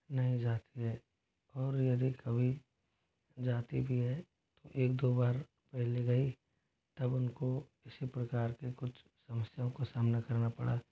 नहीं जाती है और यदि कभी जाती भी है तो एक दो बार पहले गई तब उनको इसी प्रकार के कुछ समस्याओं का सामना करना पड़ा